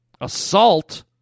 assault